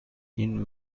این